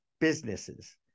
businesses